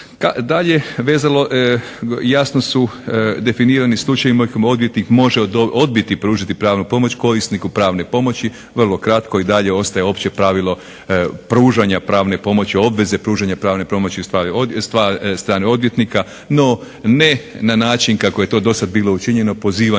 Dalje vezano, jasno su definirani slučajevi, odvjetnik može odbiti pružiti pravnu pomoć korisniku pravne pomoći, vrlo kratko i dalje ostaje opće pravilo pružanja pravne pomoći, obveze pružanja pravne pomoći od strane odvjetnika, no ne na način kako je to dosad bilo učinjeno pozivanjem